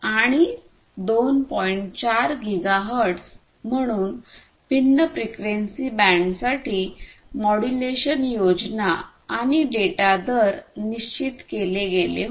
4 gigahertz म्हणून भिन्न frequency बँडसाठी मॉड्यूलेशन योजना आणि डेटा दर निश्चित केले गेले होते